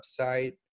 website